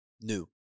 new